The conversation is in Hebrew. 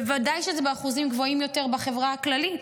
בוודאי שזה באחוזים גבוהים יותר בחברה הכללית.